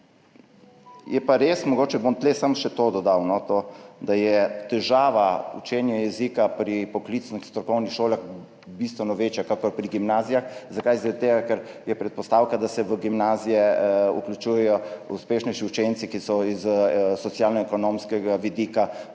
zaključil. Mogoče bom tu samo še to dodal, je pa res to, da je težava učenja jezika pri poklicnih strokovnih šolah bistveno večja kakor pri gimnazijah. Zakaj? Zaradi tega ker je predpostavka, da se v gimnazije vključujejo uspešnejši učenci, ki so iz socialno-ekonomskega vidika močnejši,